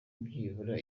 byibura